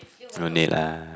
no need lah